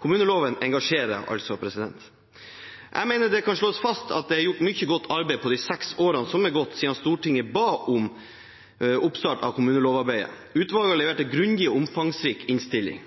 Kommuneloven engasjerer altså. Jeg mener det kan slås fast at det er gjort mye godt arbeid på de seks årene som er gått siden Stortinget ba om oppstart av kommunelovarbeidet. Utvalget har levert en grundig og omfangsrik innstilling.